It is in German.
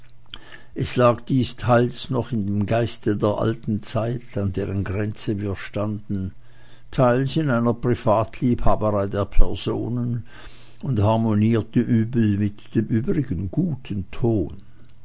es lag dies teils noch im geiste der alten zeit an deren grenze wir standen teils in einer privatliebhaberei der personen und harmonierte übel mit dem übrigen guten ton